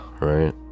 right